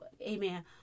amen